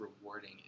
rewarding